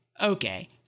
okay